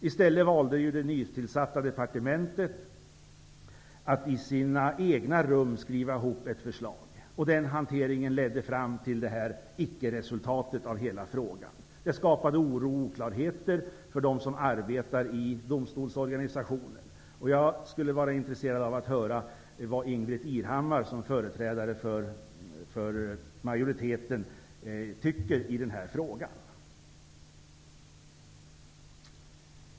I stället valde det nytillsatta departementet att i sina egna rum skriva ihop ett förslag. Den hanteringen ledde fram till detta icke-resultat av hela frågan. Det skapade oro och oklarheter för dem som arbetar i domstolsorganisationen. Jag är intresserad av att höra vad Ingbritt Irhammar, som företrädare för majoriteten, tycker i den här frågan.